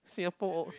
Singapore